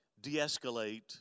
de-escalate